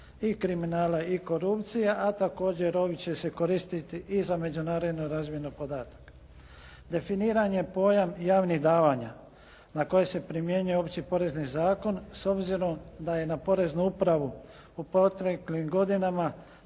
i kriminala i korupcije a također ovi će se koristiti i za međunarodnu razmjenu podataka. Definiran je pojam javnih davanja na koje se primjenjuje Opći porezni zakon s obzirom da je na Poreznu upravu u proteklim godinama